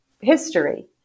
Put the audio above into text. history